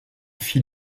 fil